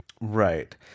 Right